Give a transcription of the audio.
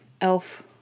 elf